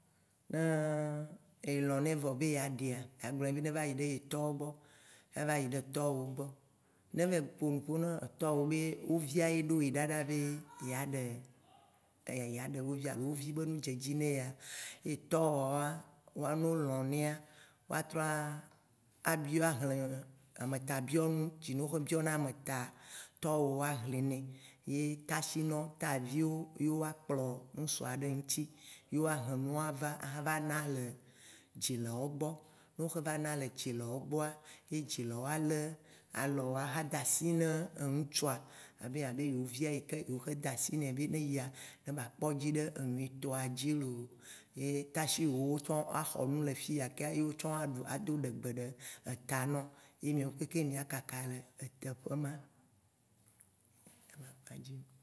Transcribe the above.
Ne elɔ̃ nɛ vɔ be ye aɖea, agblɔ nɛ be ne va yi ɖe ye tɔwo gbɔ, ya va yi ɖe tɔwòwo gbɔ. Ne eva yi ƒo nu ƒo ne tɔwòwo be wo via ye ɖo ɖaɖa be yea ɖe wo via, alo wò vi be ne dze edzi ne yea, ye tɔwowoa, ne wo lɔ̃ nea, woa trɔ abiɔ, axle ametabiɔnuwo tsi ne wo xɔ biɔna ameta, tɔwòwo axli nɛ. Ye tasinɔwo, taviwo, ye woakplɔ ŋsua ɖe ŋti ye woa he nua va axe va na le dzilawo gbɔ. Ne wo xɔ va na le dzilawo gbɔa, ye dzilawo ale alɔwò axa da asi ne ŋtsua, abe anh be yewovia yike yewo xe da asi ne be ne yia, ne ba kpɔ edzi ɖe nyuitɔa dzi looo. Ye tasiwòwo tsã axɔ ne le fiya kea ye wowo tsã woaɖu ado ɖegbe ɖe eta nɔ ye mìɔ kekeŋ mia kaka le teƒe ma. Ye be akpa dzie ye ma.